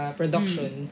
production